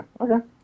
Okay